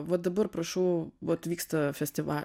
va dabar prašau vot vyksta festiva